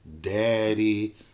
daddy